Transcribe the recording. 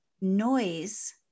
noise